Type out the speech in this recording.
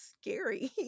scary